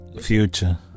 Future